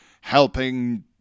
helping